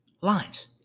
lines